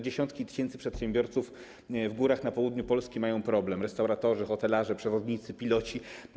Dziesiątki tysięcy przedsiębiorców w górach, na południu Polski mają problem, restauratorzy, hotelarze, przewodnicy, piloci.